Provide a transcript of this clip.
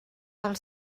del